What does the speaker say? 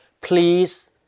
Please